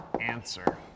answer